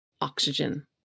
oxygen